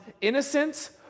innocence